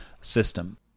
system